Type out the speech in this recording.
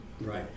Right